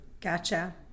Gotcha